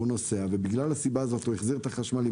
אבל בגלל הסיבה הזו הוא החזיר את החשמלי.